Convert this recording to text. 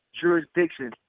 jurisdiction